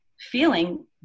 feeling